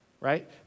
Right